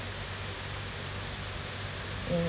mm